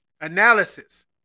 analysis